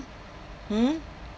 hmm